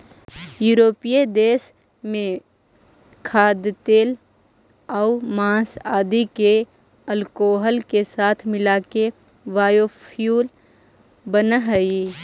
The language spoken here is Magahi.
यूरोपीय देश में खाद्यतेलआउ माँस आदि के अल्कोहल के साथ मिलाके बायोफ्यूल बनऽ हई